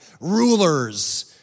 rulers